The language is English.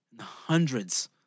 hundreds